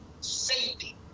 safety